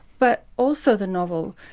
but also the novel,